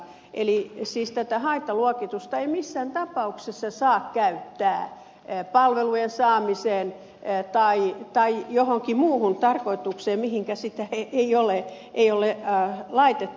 eli siis tätä haittaluokitusta ei missään tapauksessa saa käyttää palvelujen saamiseen tai johonkin muuhun tarkoitukseen mihinkä sitä ei ole laitettu